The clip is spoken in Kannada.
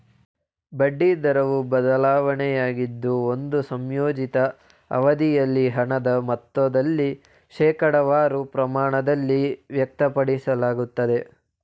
ಬಡ್ಡಿ ದರವು ಬದಲಾವಣೆಯಾಗಿದ್ದು ಒಂದು ಸಂಯೋಜಿತ ಅವಧಿಯಲ್ಲಿ ಹಣದ ಮೊತ್ತದಲ್ಲಿ ಶೇಕಡವಾರು ಪ್ರಮಾಣದಲ್ಲಿ ವ್ಯಕ್ತಪಡಿಸಲಾಗುತ್ತೆ